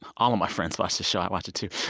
all of my friends watch the show. i watch it, too.